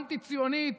אנטי-ציונית,